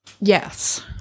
Yes